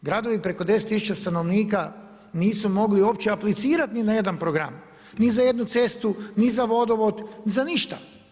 Gradovi preko 10000 stanovnika, nisu mogli uopće aplicirati ni na jedan program, ni za jednu cestu, ni za vodovod, ni za ništa.